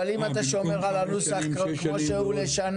אבל אם אתה שומר על הנוסח כמו שהוא לשנה,